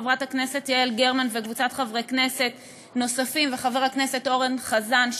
חברת הכנסת יעל גרמן וקבוצת חברי כנסת נוספים וחבר הכנסת אורן חזן,